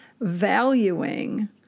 valuing